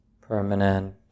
permanent